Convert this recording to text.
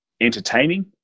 entertaining